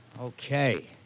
Okay